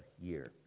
year